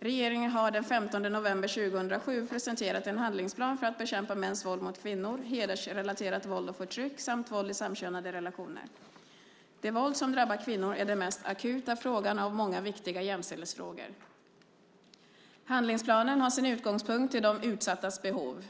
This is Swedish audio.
Regeringen har den 15 november 2007 presenterat en handlingsplan för att bekämpa mäns våld mot kvinnor, hedersrelaterat våld och förtryck samt våld i samkönade relationer. Det våld som drabbar kvinnor är den mest akuta frågan av många viktiga jämställdhetsfrågor. Handlingsplanen har sin utgångspunkt i de utsattas behov.